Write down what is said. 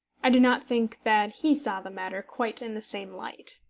i do not think that he saw the matter quite in the same light.